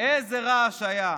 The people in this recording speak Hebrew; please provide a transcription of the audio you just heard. איזה רעש היה,